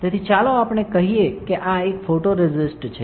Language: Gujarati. તેથી ચાલો આપણે કહીએ કે આ એક ફોટોરેસિસ્ટ છે